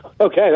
Okay